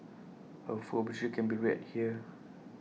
her full obituary can be read here